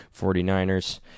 49ers